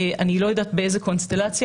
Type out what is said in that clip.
אני לא יודעת באיזו קונסטלציה,